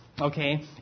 Okay